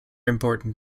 important